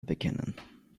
bekennen